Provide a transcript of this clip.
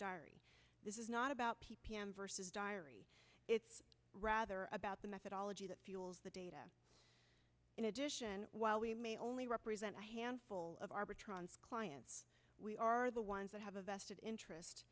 diary this is not about p p m vs diary it's rather about the methodology that fuels the data in addition while we may only represent a handful of arbitron clients we are the ones that have a vested interest